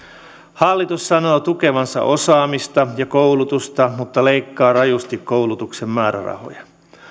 hallitus sanoo tukevansa osaamista ja koulutusta mutta leikkaa rajusti koulutuksen määrärahoja